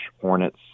hornets